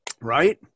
right